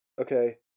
Okay